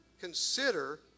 Consider